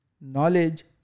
knowledge